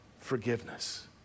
forgiveness